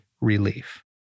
relief